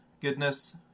goodness